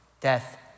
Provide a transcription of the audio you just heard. death